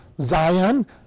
Zion